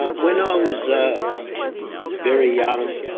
ah when i was, ah very young,